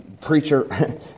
preacher